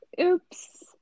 Oops